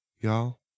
y'all